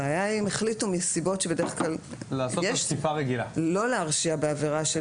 הבעיה היא אם החליטו לא להרשיע בעבירה של